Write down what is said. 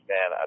Man